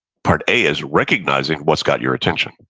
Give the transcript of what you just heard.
part a is recognizing what's got your attention.